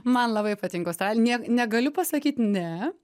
man labai patinka austral niek negaliu pasakyt ne